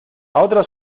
otro